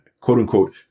quote-unquote